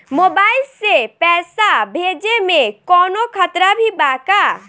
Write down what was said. Mobile से पैसा भेजे मे कौनों खतरा भी बा का?